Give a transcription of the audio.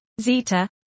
zeta